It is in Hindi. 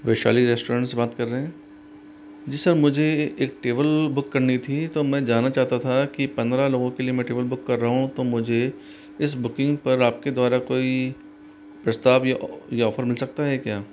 वैशाली रेस्टोरेंट से बात कर रहे हैं जी सर मुझे एक टेबल बुक थी तो मैं जानना चाहता था कि पंद्रह लोगों के लिए मैं टेबल बुक कर रहा हूँ तो मुझें इस बुकींग पर आप के द्वारा कोई प्रस्ताव या या ऑफर मिल सकता है क्या